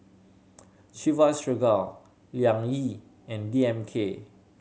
Chivas Regal Liang Yi and D M K